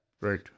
Right